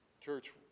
Church